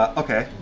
ah okay.